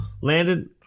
Landon